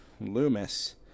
Loomis